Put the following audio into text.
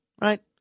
right